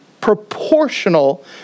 proportional